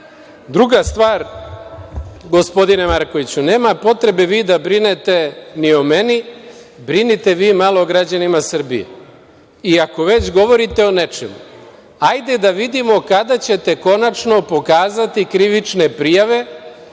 stvar, gospodine Markoviću, nema potrebe vi da brinete ni o meni, brinite vi malo o građanima Srbije. I ako već govorite o nečemu, hajde da vidimo kada ćete konačno pokazati krivične prijave.